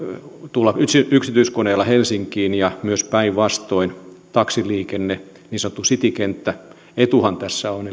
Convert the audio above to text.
tulla helsinkiin ja myös päinvastoin taksiliikenne niin sanottu citykenttäetuhan tässä on